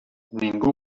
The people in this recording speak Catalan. ningú